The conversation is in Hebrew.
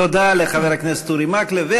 תודה לחבר הכנסת אורי מקלב.